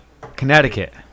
connecticut